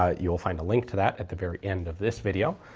ah you will find a link to that at the very end of this video,